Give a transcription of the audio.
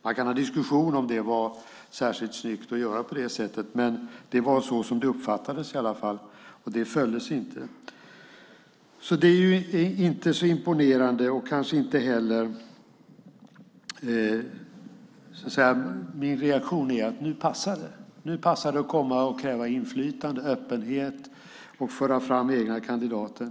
Man kan ha en diskussion om det var särskilt snyggt att göra på det sättet, men det var i alla fall så som det uppfattades. Det följdes inte. Det är inte så imponerande. Min reaktion är att nu passar det. Nu passar det att komma och kräva inflytande och öppenhet och att föra fram egna kandidater.